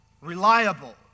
reliable